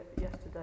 yesterday